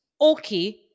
okay